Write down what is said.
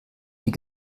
die